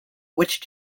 which